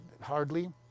hardly